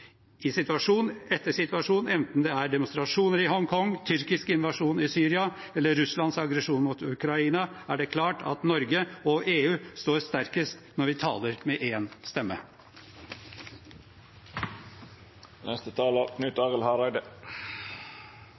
I situasjon etter situasjon, enten det er demonstrasjoner i Hongkong, tyrkisk invasjon i Syria eller Russlands aggresjon mot Ukraina, er det klart at Norge og EU står sterkest når vi taler med én stemme.